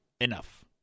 enough